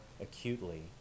acutely